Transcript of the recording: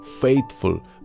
faithful